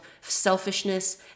selfishness